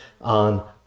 on